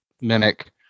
mimic